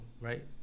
right